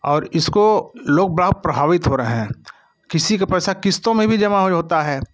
और इसको लोग बड़ा प्रभावित हो रहे हैं किसी के पैसा किश्तों में भी जमा हो होता है